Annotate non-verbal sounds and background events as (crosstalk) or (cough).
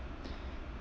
(breath)